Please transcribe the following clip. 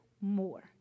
more